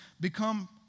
become